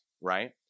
right